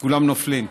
כולם נופלים.